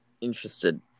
interested